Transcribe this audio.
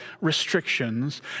restrictions